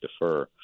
defer